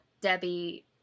debbie